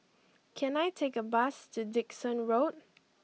can I take a bus to Dickson Road